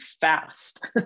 fast